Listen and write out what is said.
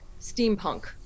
steampunk